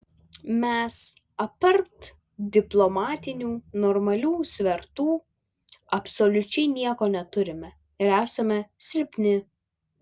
mes apart diplomatinių normalių svertų absoliučiai nieko neturime ir esame silpni